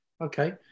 Okay